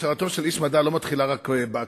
הכשרתו של איש מדע לא מתחילה רק באקדמיה.